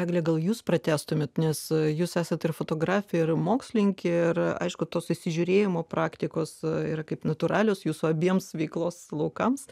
eglė gal jūs pratęstumėt nes jūs esat ir fotografė ir mokslininkė ir aišku tos įsižiūrėjimo praktikos yra kaip natūralios jūsų abiems veiklos laukams